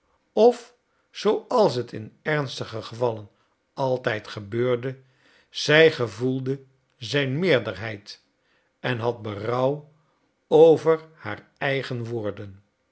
of zooals het in ernstige gevallen altijd gebeurde zij gevoelde zijn meerderheid en had berouw over haar eigen woorden